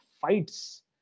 fights